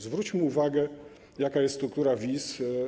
Zwróćmy uwagę, jaka jest struktura wiz.